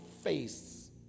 face